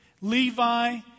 Levi